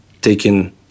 taken